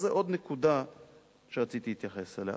זו עוד נקודה שרציתי להתייחס אליה.